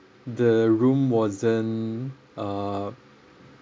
the room wasn't uh